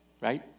right